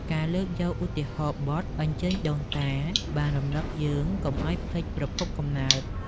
ការលើកយកឧទាហរណ៍បទ អញ្ជើញដូនតា បានរំលឹកយើងកុំឱ្យភ្លេចប្រភពកំណើត។